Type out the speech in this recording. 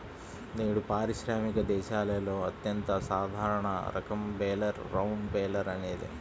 నేడు పారిశ్రామిక దేశాలలో అత్యంత సాధారణ రకం బేలర్ రౌండ్ బేలర్ అనేది